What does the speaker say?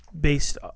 based